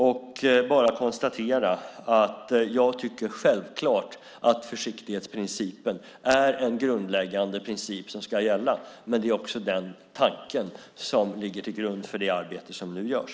Jag kan bara konstatera att jag självfallet tycker att försiktighetsprincipen är en grundläggande princip som ska gälla. Det är också den tanken som ligger till grund för det arbete som nu görs.